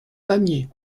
pamiers